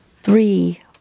three